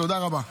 תודה רבה.